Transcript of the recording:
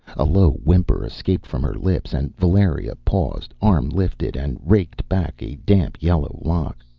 a low whimper escaped from her lips, and valeria paused, arm lifted, and raked back a damp yellow lock.